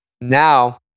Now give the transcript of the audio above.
Now